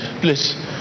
please